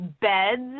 beds